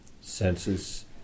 senses